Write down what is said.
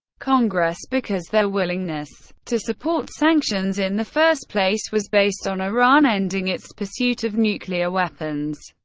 congress, because their willingness to support sanctions in the first place was based on iran ending its pursuit of nuclear weapons.